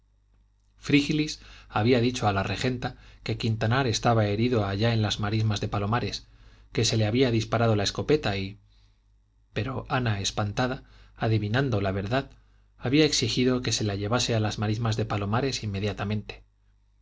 frígilis había dicho a la regenta que quintanar estaba herido allá en las marismas de palomares que se le había disparado la escopeta y pero ana espantada adivinando la verdad había exigido que se la llevase a las marismas de palomares inmediatamente